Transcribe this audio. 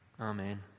Amen